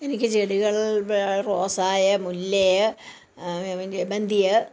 എനിക്ക് ചെടികൾ വേ റോസായേ മുല്ലയേ ജമന്തിയെ